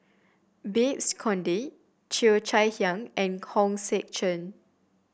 Babes Conde Cheo Chai Hiang and Hong Sek Chern